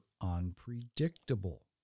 unpredictable